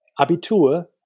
Abitur